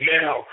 now